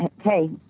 hey